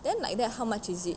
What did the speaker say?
then like that how much is it